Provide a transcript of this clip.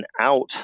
out